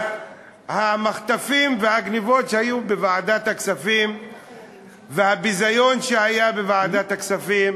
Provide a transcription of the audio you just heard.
אז המחטפים והגנבות שהיו בוועדת הכספים והביזיון שהיה בוועדת הכספים,